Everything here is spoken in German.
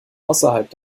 außerhalb